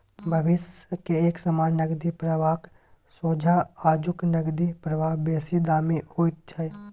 भविष्य के एक समान नकदी प्रवाहक सोंझा आजुक नकदी प्रवाह बेसी दामी होइत छै